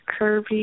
curvy